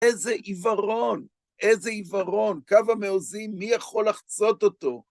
איזה עיוורון! איזה עיוורון! קו המעוזים, מי יכול לחצות אותו?